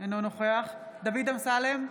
אינו נוכח דוד אמסלם,